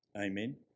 Amen